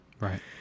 Right